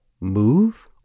move